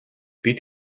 бид